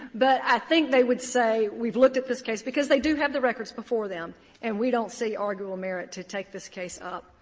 but i think they would say, we've looked at this case because they do have the records before them and we don't see arguable merit to take this case up.